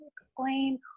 Explain